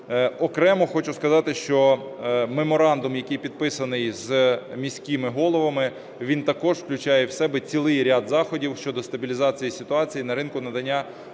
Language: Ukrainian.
Окремо хочу сказати, що меморандум, який підписаний з міськими головами, він також включає в себе цілий ряд заходів щодо стабілізації ситуації на ринку надання